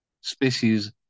species